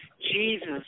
Jesus